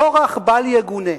כורח בל יגונה.